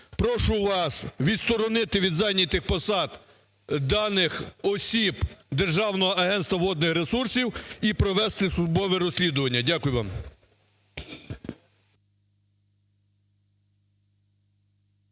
прошу вас відсторони від зайнятих посад даних осіб Державного агентства водних ресурсів і провести службове розслідування. Дякую вам.